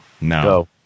no